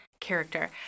Character